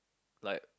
like